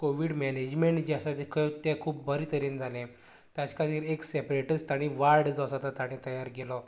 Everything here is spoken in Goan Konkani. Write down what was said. कोविड मेनेजमेंट जें आसा तें खूब बरें तरेन जालें ताज्या खातीर एक सेपरेटच तांणी वार्ड जो आसा ताणें तयार केलो